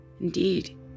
indeed